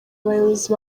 abayobozi